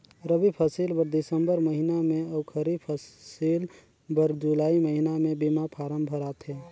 रबी फसिल बर दिसंबर महिना में अउ खरीब फसिल बर जुलाई महिना में बीमा फारम भराथे